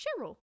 Cheryl